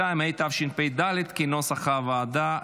52), התשפ"ד 2024, כנוסח הוועדה.